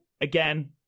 again